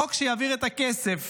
חוק שיעביר את הכסף